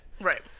Right